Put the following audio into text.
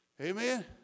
Amen